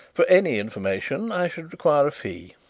for any information i should require a fee,